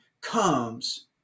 comes